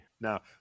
Now